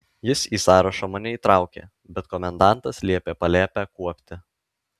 jis į sąrašą mane įtraukė bet komendantas liepė palėpę kuopti